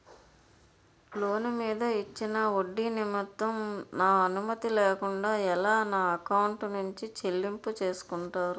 Loan మీద ఇచ్చిన ఒడ్డి నిమిత్తం నా అనుమతి లేకుండా ఎలా నా ఎకౌంట్ నుంచి చెల్లింపు చేసుకుంటారు?